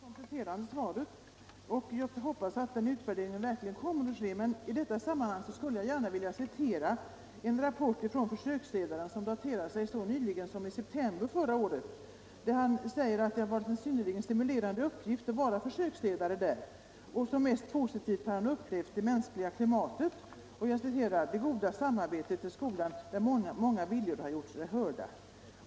Herr talman! Jag ber att få tacka för det kompletterande svaret. Jag hoppas att utvärderingen verkligen kommer att kunna ske. I detta sammanhang skulle jag emellertid gärna vilja citera ur en rapport från försöksledaren som han avgivit så sent som i september förra året. Han säger att det har varit en synnerligen stimulerande uppgift att vara försöksledare vid experimentgymnasiet. Som mest positivt har han upplevt det mänskliga klimatet och ”det goda samarbetet i en skola där många viljor gjort sig hörda”.